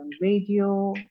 radio